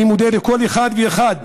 אני מודה לכל אחד ואחד